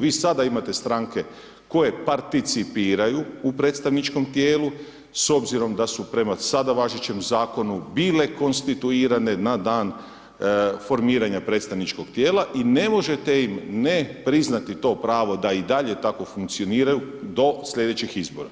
Vi sada imate stranke koje participiraju u predstavničkom tijelu, s obzirom da su prema sada važećem zakonu bile konstituirane na dan formiranje predstavničkog tijela i ne možete im ne priznati to pravo da i dalje tako funkcioniraju do slijedećih izbora